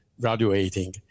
graduating